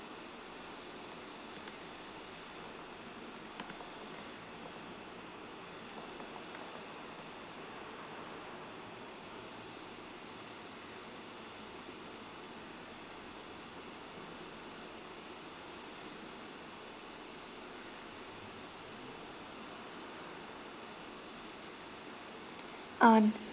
on